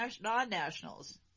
non-nationals